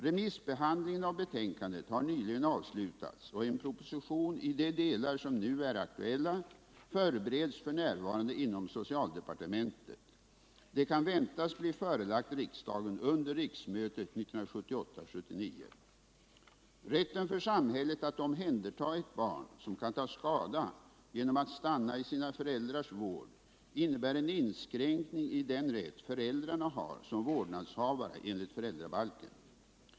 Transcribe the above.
Remissbehandlingen av betänkandet har nyligen avslutats, och en proposition i de delar som nu är aktuella förbereds f. n. inom socialdepartementet. Den kan väntas bli förelagd riksdagen under riksmötet 1978/79. Rätten för samhället att omhänderta ett barn, som kan ta skada genom att stanna i sina föräldrars vård, innebär en inskränkning i den rätt föräldrarna har som vårdnadshavare enligt föräldrabalken.